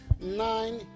nine